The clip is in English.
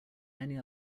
many